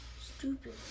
Stupid